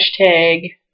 Hashtag